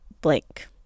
blank